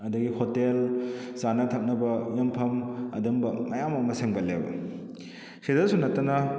ꯑꯗꯒꯤ ꯍꯣꯇꯦꯜ ꯆꯥꯅ ꯊꯛꯅꯕ ꯌꯣꯟꯐꯝ ꯑꯗꯨꯒꯨꯝꯕ ꯃꯌꯥꯝ ꯑꯃ ꯁꯦꯝꯒꯠꯂꯦꯕ ꯁꯤꯗꯁꯨ ꯅꯠꯇꯅ